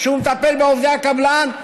כשהוא מטפל בעובדי הקבלן,